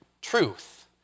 truth